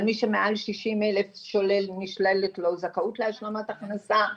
אבל מי שמעל שישים אלף שולל ונשללת לו הזכאות להשלמת ההכנסה.